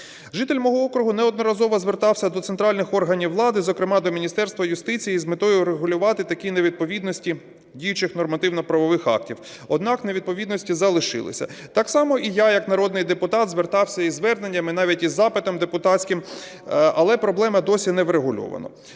Житель мого округу неодноразово звертався до центральних органів влади, зокрема, до Міністерства юстиції з метою врегулювати такі невідповідності діючих нормативно-правових актів. Однак невідповідності залишилися. Так само і я як народний депутат звертався із зверненнями, навіть із запитом депутатським, але проблема досі не врегульована.